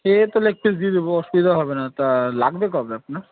সে তো leg piece দিয়ে দেবো অসুবিধা হবে না তা লাগবে কবে আপনার